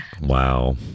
Wow